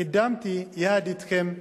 קידמתי, יחד אתכם,